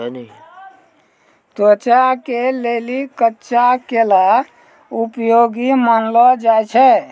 त्वचा के लेली कच्चा केला उपयोगी मानलो जाय छै